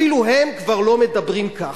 אפילו הם כבר לא מדברים כך.